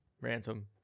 Ransom